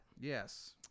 Yes